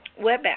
WebEx